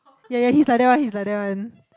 ya ya he's like that one he's like that one